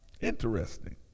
interesting